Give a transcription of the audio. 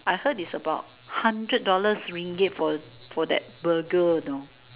I heard is about hundred dollars ringgit for for that Burger you know